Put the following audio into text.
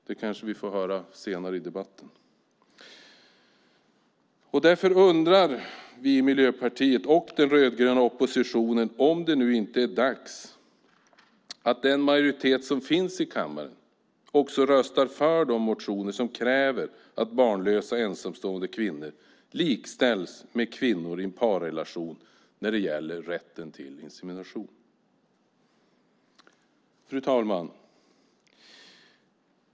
Det kanske vi får höra senare i debatten. Därför undrar vi i Miljöpartiet och den rödgröna oppositionen om det nu inte är dags att den majoritet som finns i kammaren också röstar för de motioner som kräver att barnlösa ensamstående kvinnor likställs med kvinnor i en parrelation när det gäller rätten till insemination. Fru talman!